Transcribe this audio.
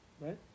Right